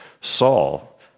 Saul